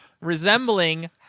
resembling